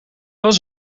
was